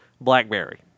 BlackBerry